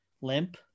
limp